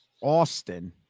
Austin